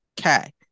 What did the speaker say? Okay